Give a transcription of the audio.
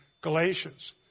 Galatians